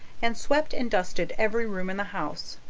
and swept and dusted every room in the house.